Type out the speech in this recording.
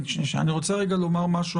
אני רוצה רגע לומר משהו,